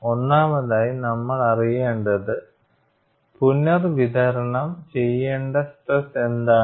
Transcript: ഒന്നാമതായി നമ്മൾ അറിയേണ്ടത് പുനർവിതരണം ചെയ്യേണ്ട സ്ട്രെസ് എന്താണ്